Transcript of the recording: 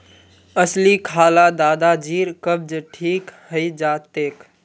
अलसी खा ल दादाजीर कब्ज ठीक हइ जा तेक